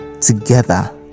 Together